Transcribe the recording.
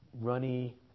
runny